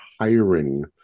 hiring